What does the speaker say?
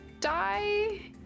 die